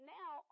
now